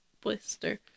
Blister